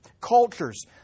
cultures